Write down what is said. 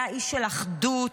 היה איש של אחדות,